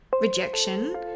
rejection